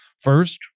First